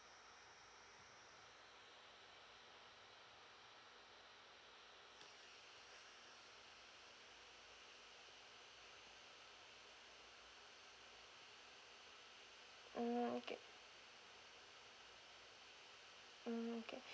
mm okay mm okay